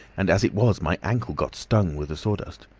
and as it was, my ankle got stung with the sawdust.